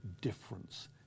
difference